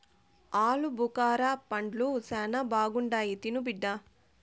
ఆలుబుకారా పండ్లు శానా బాగుంటాయి తిను బిడ్డ